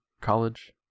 college